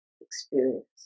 experience